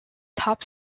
top